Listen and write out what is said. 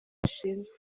ashinzwe